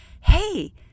hey